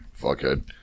fuckhead